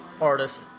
artist